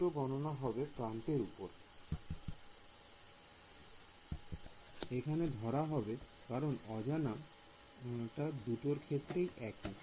দুটো গণনায় হবে প্রান্তের উপর এখানে ধরা হবে কারণ অজানা টা দুটোর ক্ষেত্রেই একই